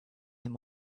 him